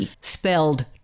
Spelled